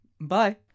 Bye